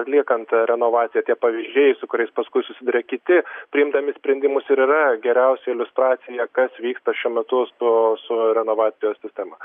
atliekant renovaciją tie pavyzdžiai su kuriais paskui susiduria kiti priimdami sprendimus ir yra geriausia iliustracija kas vyksta šiuo metu su tuo su renovacijos sistema